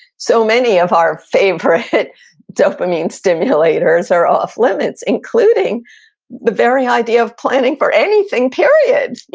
so many of our favorite dopamine stimulators are off limits, including the very idea of planning for anything, period.